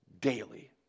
daily